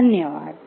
धन्यवाद